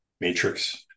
matrix